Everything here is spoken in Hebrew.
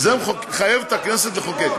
זה מחייב את הכנסת לחוקק.